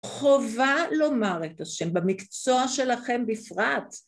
חובה לומר את השם במקצוע שלכם בפרט